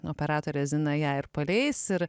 operatorė zina ją ir paleis ir